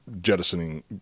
jettisoning